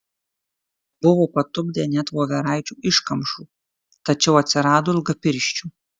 buvo patupdę net voveraičių iškamšų tačiau atsirado ilgapirščių